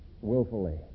willfully